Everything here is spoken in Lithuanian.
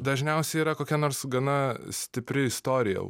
dažniausiai yra kokia nors gana stipri istorija